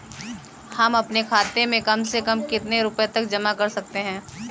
हम अपने खाते में कम से कम कितने रुपये तक जमा कर सकते हैं?